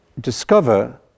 discover